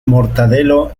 mortadelo